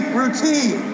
routine